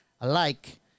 alike